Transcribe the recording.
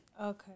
Okay